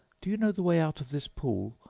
do you know the way out of this pool?